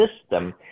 system